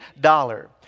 dollar